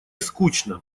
скучно